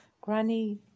Granny